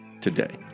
today